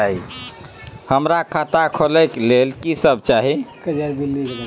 हमरा खाता खोले के लेल की सब चाही?